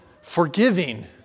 forgiving